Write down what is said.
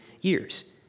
years